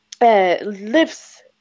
Lives